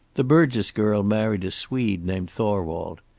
the burgess girl married a swede named thorwald.